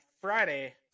Friday